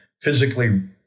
physically